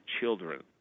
children